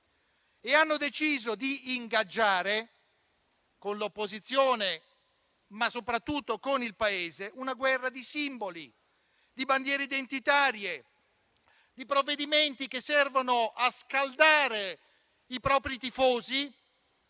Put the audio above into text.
di altro e di ingaggiare, con l'opposizione ma soprattutto con il Paese, una guerra di simboli, di bandiere identitarie, di provvedimenti che servono a scaldare i propri tifosi,